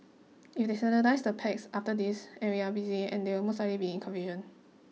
if they standardise the packs after this and we are busy and there will most likely be confusion